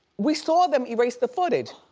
we saw them erase the footage.